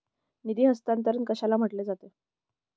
निधी हस्तांतरण कशाला म्हटले जाते?